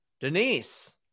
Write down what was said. Denise